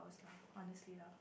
honestly lah